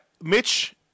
Mitch